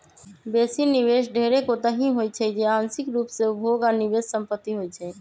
बेशी निवेश ढेरेक ओतहि होइ छइ जे आंशिक रूप से उपभोग आऽ निवेश संपत्ति होइ छइ